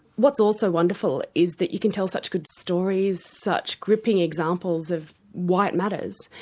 what's also wonderful is that you can tell such good stories, such gripping examples of why it matters,